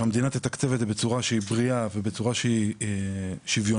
שהמדינה תתקצב את זה בצורה שהיא בריאה ובצורה שהיא שוויונית,